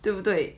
对不对